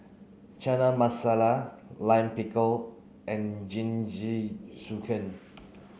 Chana Masala Lime Pickle and Jingisukan